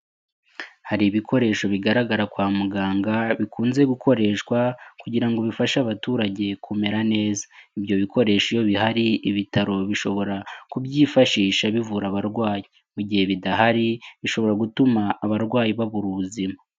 Hari ibikoresho bigaragara kwa muganga, bikunze gukoreshwa kugira ngo bifashe abaturage kumera neza, ibyo bikoresho iyo bihari, ibitaro bishobora kubyifashisha bavura abarwayi, mu gihe bidahari bishobora gutuma abarwayi babura ubuzima.